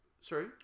Sorry